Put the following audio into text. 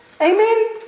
amen